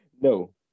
No